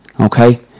okay